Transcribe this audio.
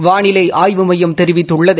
வானிலை ஆய்வு மையம் தெரிவித்துள்ளது